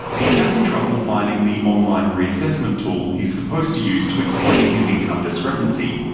he's having trouble finding the online re-assessment tool he's supposed to use to explain his income discrepancy.